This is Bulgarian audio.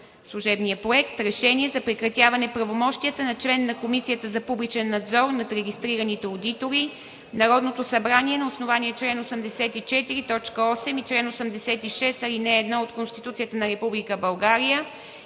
служебния проект: „Проект! РЕШЕНИЕ за прекратяване правомощията на член на Комисията за публичен надзор над регистрираните одитори Народното събрание на основание чл. 84, т. 8 и чл. 86, ал. 1 от Конституцията на Република България